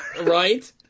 Right